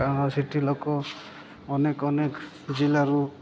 କାରଣ ସେଇଠି ଲୋକ ଅନେକ ଅନେକ ଜିଲ୍ଲାରୁ